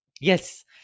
yes